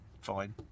fine